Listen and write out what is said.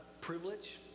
privilege